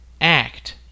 act